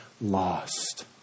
lost